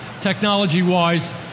Technology-wise